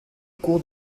cours